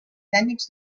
tècnics